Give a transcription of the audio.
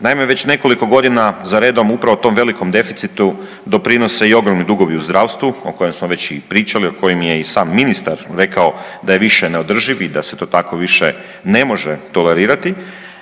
Naime, već nekoliko godina za redom upravo tom velikom deficitu doprinose i ogromni dugovi u zdravstvu, o kojem smo već i pričali, o kojem je i sam ministar rekao da je više neodrživ i da se to tako više ne može tolerirati